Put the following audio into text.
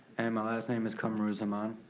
and my last name is qamruzzaman.